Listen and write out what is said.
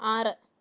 ആറ്